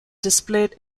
displayed